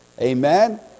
Amen